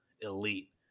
elite